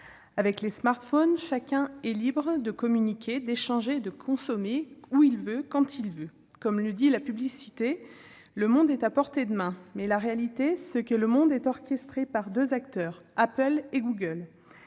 Avec les smartphones, chacun est libre de communiquer, d'échanger et de consommer, où il veut, quand il veut. Comme le dit la publicité : le monde est à portée de main. Mais la réalité est que le monde est orchestré par deux acteurs, Apple et Google.